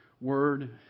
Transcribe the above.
word